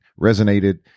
resonated